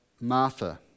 Martha